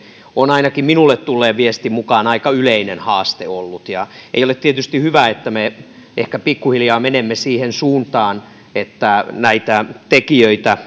on ainakin minulle tulleen viestin mukaan aika yleinen haaste ollut ei ole tietysti hyvä että me ehkä pikkuhiljaa menemme siihen suuntaan että näitä tekijöitä